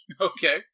Okay